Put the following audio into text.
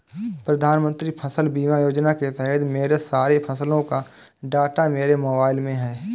प्रधानमंत्री फसल बीमा योजना के तहत मेरे सारे फसलों का डाटा मेरे मोबाइल में है